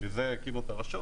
בשביל זה הקימו את הרשות